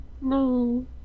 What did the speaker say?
no